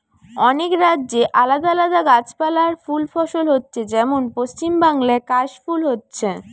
অনেক রাজ্যে আলাদা আলাদা গাছপালা আর ফুল ফসল হচ্ছে যেমন পশ্চিমবাংলায় কাশ ফুল হচ্ছে